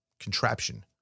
contraption